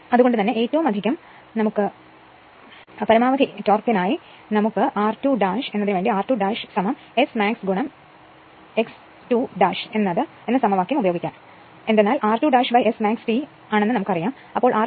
അതുകൊണ്ട് തന്നെ ഏറ്റവും അധികം ഭ്രമണത്തിനായി നമുക്ക് r2എന്നതിന് വേണ്ടി r2S max x 2 എന്ന് ഉള്ള സമവാക്യം ഉപയോഗിക്കാം എന്തുകൊണ്ടെന്നാൽ നമുക്ക് അറിയാം r2S max T ആണെന്ന്